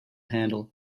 handle